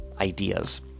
ideas